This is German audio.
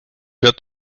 wird